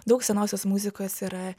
daug senosios muzikos yra